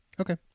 Okay